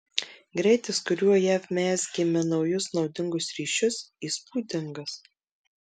greitis kuriuo jav mezgėme naujus naudingus ryšius įspūdingas